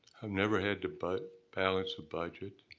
i've never had to but balance a budget,